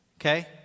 Okay